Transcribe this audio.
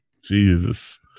Jesus